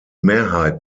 mehrheit